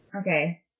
Okay